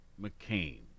McCain